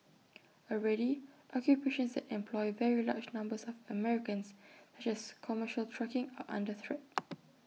already occupations that employ very large numbers of Americans such as commercial trucking are under threat